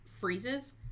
freezes